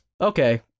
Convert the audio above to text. Okay